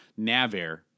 NavAir